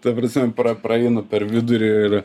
ta prasme pra praeinu per vidurį ir